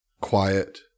quiet